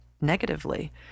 negatively